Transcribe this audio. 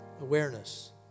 awareness